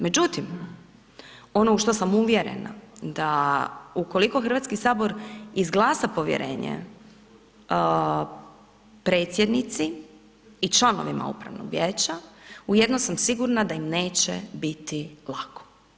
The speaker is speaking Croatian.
Međutim, ono u što sam uvjerena, da ukoliko Hrvatski sabor izglasa povjerenje Predsjednici i članovima upravnog vijeća, u jedno sam sigurna da im neće biti lako.